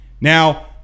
Now